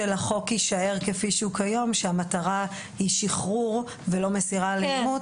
החוק יישאר כפי שהוא כיום כשהמטרה היא שחרור ולא מסירה לאימוץ,